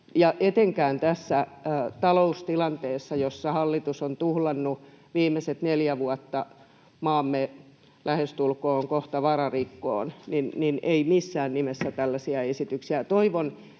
Etenkään tässä taloustilanteessa, jossa hallitus on tuhlannut viimeiset neljä vuotta maamme kohta lähestulkoon vararikkoon, ei missään nimessä tällaisia esityksiä. Toivon